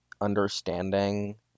understanding